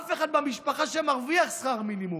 אף אחד במשפחה שמרוויח שכר מינימום.